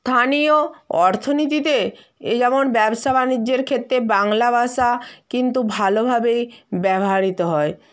থানীয় অর্থনীতিতে এই যেমন ব্যবসা বাণিজ্যের ক্ষেত্রে বাংলা ভাষা কিন্তু ভালোভাবেই ব্যবহৃত হয়